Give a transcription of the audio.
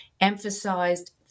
emphasized